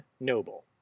noble